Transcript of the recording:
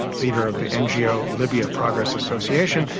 leader of the ngo, libya progress association,